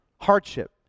Hardship